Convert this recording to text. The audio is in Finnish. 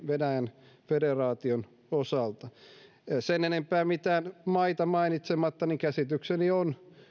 venäjän federaation osalta heidän perustuslakinsa puitteissa sen enempää mitään maita mainitsematta käsitykseni on